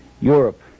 Europe